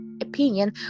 opinion